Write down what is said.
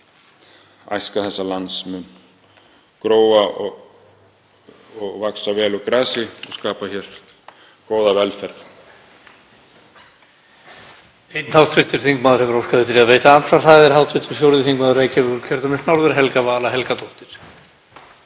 æska þessa lands mun gróa, vaxa vel úr grasi og skapa hér góða velferð.